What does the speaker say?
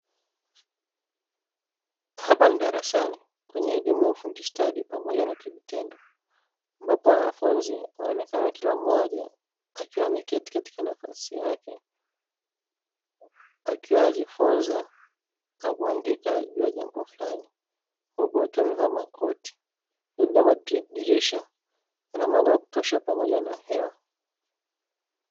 Hapa ni darasani kwenye elimu ya ufundistadi pamoja na kivitendo, ambapo wanafunzi wanaonekana kila mmoja akiwa ameketi katika nafasi yake, akiwa anajifunza na kuandika juu ya jambo fulani. Huku wakiwa wamevaa makoti. Vilevile, madirisha yana mwanga wa kutosha pamoja na hewa.